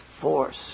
force